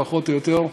פחות או יותר,